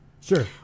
Sure